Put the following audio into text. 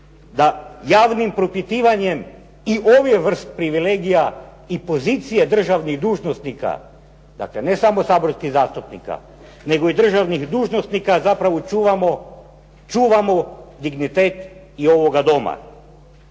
da javnim propitivanjem i ove vrst privilegija i pozicije državnih dužnosnika, dakle, ne samo saborskih zastupnika nego i državnih dužnosnika zapravo čuvamo dignitet i ovoga doma.